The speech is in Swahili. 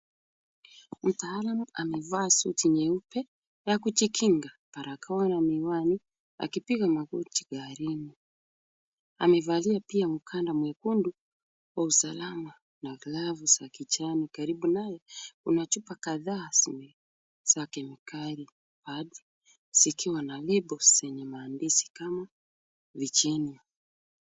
Mtaalam amevaa suti nyeupe ya kujikinga, barakoa na miwani, akipiga magoti garini. Amevalia pia mkanda mwekundu kwa usalama na glavu za kijani. Karibu naye, kuna chupa kadhaa za kemikali wazi zikiwa na lebo zenye maandishi kama vitanium .